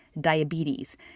diabetes